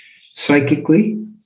psychically